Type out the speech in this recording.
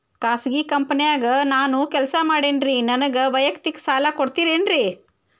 ಖಾಸಗಿ ಕಂಪನ್ಯಾಗ ನಾನು ಕೆಲಸ ಮಾಡ್ತೇನ್ರಿ, ನನಗ ವೈಯಕ್ತಿಕ ಸಾಲ ಕೊಡ್ತೇರೇನ್ರಿ?